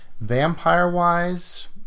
Vampire-wise